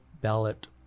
ballot